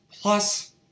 Plus